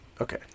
Okay